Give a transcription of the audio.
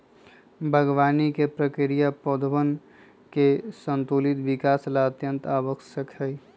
बागवानी के प्रक्रिया पौधवन के संतुलित विकास ला अत्यंत आवश्यक हई